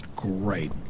Great